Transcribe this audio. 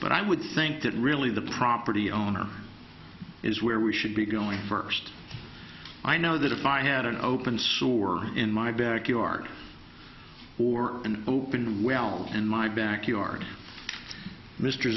but i would think that really the property owner is where we should be going first i know that if i had an open sore in my backyard or an open well in my backyard mr